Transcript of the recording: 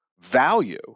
value